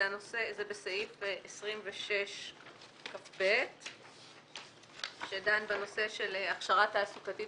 זה בסעיף 26כב שדן בנושא של הכשרה תעסוקתית